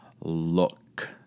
look